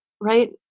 right